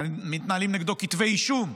מתנהלים נגדו כתבי אישום.